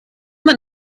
man